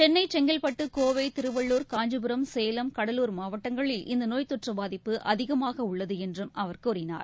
சென்னை செங்கல்பட்டு கோவை திருவள்ளுர் காஞ்சிபுரம் சேலம் கடலூர் மாவட்டங்களில் இந்தநோய்த்தொற்றபாதிப்பு அதிகமாகஉள்ளதுஎன்றும் அவர் கூறினார்